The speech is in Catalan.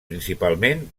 principalment